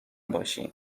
باشی